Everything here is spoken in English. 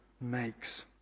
makes